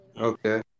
Okay